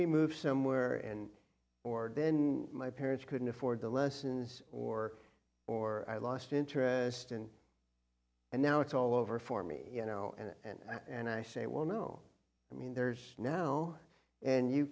we move somewhere and or then my parents couldn't afford the lessons or or i lost interest and and now it's all over for me you know and and and i say well no i mean there's now and you